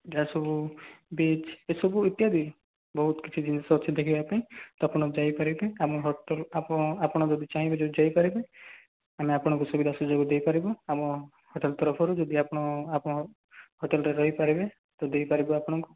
ଯାହା ସବୁ ବିଚ୍ ଏସବୁ ଇତ୍ୟାଦି ବହୁତ କିଛି ଜିନିଷ ଅଛି ଦେଖିବା ପାଇଁ ତ ଆପଣ ଯାଇ ପାରିବେ ଆମ ହୋଟେଲ୍ ଆପ ଆପଣ ଯଦି ଚାହିଁବେ ଆମେ ଆପଣଙ୍କୁ ସୁବିଧା ସୁଯୋଗ ଦେଇ ପାରିବୁ ଆମ ହୋଟେଲ୍ ତରଫରୁ ଯଦି ଆପଣ ଆମ ହୋଟେଲ୍ରେ ରହି ପାରିବେ ତ ଦେଇପାରିବୁ ଆପଣଙ୍କୁ